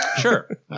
Sure